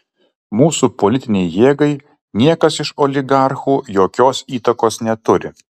mūsų politinei jėgai niekas iš oligarchų jokios įtakos neturi